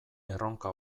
erronka